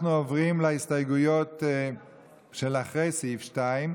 אנחנו עוברים להסתייגויות אחרי סעיף 2,